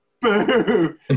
Boo